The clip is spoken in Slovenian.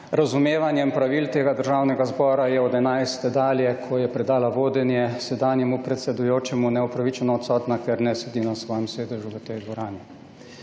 razumevanjem pravil Državnega zbora je od 11. dalje, ko je predala vodenje sedanjemu predsedujočemu, neupravičeno odsotna, ker ne sedi na svojem sedežu v tej dvorani.